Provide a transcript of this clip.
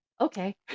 Okay